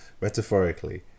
metaphorically